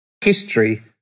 history